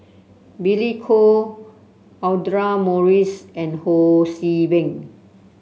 Billy Koh Audra Morrice and Ho See Beng